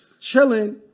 chilling